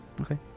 Okay